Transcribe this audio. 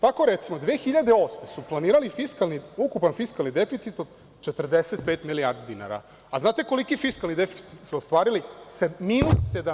Tako, recimo 2008. godine su planirali ukupan fiskalni deficit od 45 milijardi dinara, a znate koliki je fiskalni deficit su ostvarili?